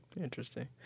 Interesting